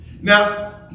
Now